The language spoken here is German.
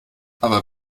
aber